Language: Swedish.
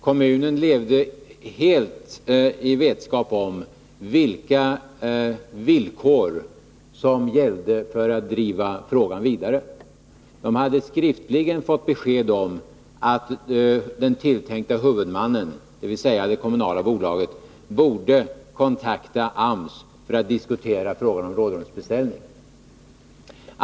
Kommunen levde helt i vetskap om vilka villkor som gällde för att driva ärendet vidare. Kommunen hade skriftligen fått besked om att den tilltänkte huvudmannen, dvs. det kommunala bolaget, borde kontakta AMS för att diskutera frågan om en rådrumsbeställning.